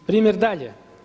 Primjer dalje.